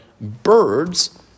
birds